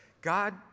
God